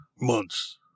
months